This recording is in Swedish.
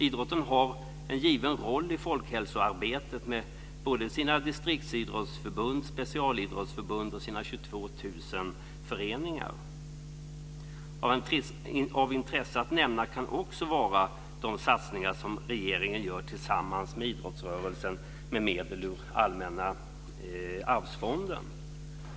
Idrotten har en given roll i folkhälsoarbetet med sina distriktsidrottsförbund, sina specialidrottsförbund och sina 22 000 föreningar. Av intresse att nämna kan också vara de satsningar som regeringen gör tillsammans med idrottsrörelsen med medel ur Allmänna arvsfonden.